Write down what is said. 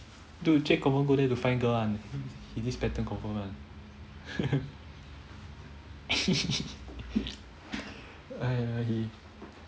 dude chek confirm go there to find girl one he this pattern confirm one !aiya! he